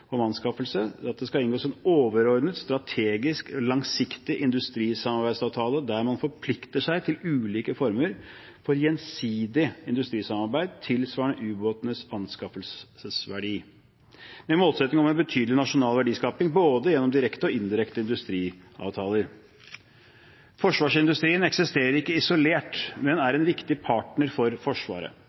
om anskaffelse inngås, skal inngås en overordnet, strategisk og langsiktig industrisamarbeidsavtale der man forplikter seg til ulike former for gjensidig industrisamarbeid, tilsvarende ubåtenes anskaffelsesverdi – med målsetting om en betydelig nasjonal verdiskaping, både gjennom direkte og indirekte industriavtaler. Forsvarsindustrien eksisterer ikke isolert, men er en viktig partner for Forsvaret.